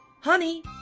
Honey